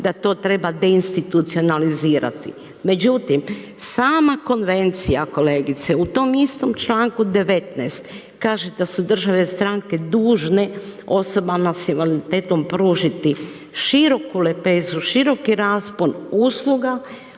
da to treba deinstitucionalizirati. Međutim sama konvencija kolegice, u tom istom članku 19. kaže da su države stranke dužne osobama s invaliditetom pružiti široku lepezu, široki raspon usluga